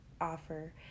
offer